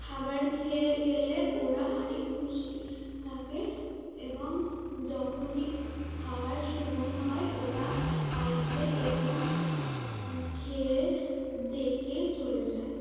খাবার খেয়ে গেলে ওরা অনেক খুশি থাকে এবং যখনই খাওয়ার সময় হয় ওরা আসবে এবং খেয়ে ডেকে চলে যায়